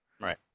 Right